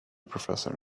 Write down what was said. professor